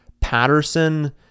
Patterson